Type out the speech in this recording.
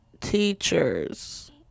teachers